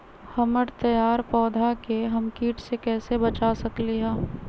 हमर तैयार पौधा के हम किट से कैसे बचा सकलि ह?